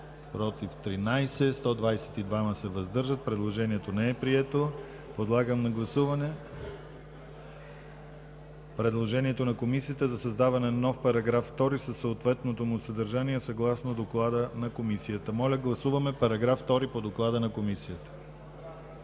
против 13, въздържали се 122. Предложението не е прието. Подлагам на гласуване предложението на Комисията за създаване на нов § 2, със съответното му съдържание, съгласно доклада на Комисията. Моля, гласуваме § 2 по доклада на Комисията.